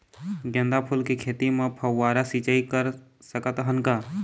गेंदा फूल के खेती म फव्वारा सिचाई कर सकत हन का?